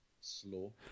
slow